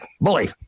bully